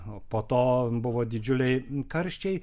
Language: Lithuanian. o po to buvo didžiuliai karščiai